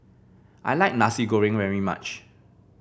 I like Nasi Goreng very much